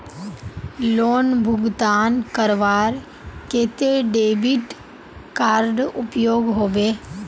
Loan भुगतान करवार केते डेबिट कार्ड उपयोग होबे?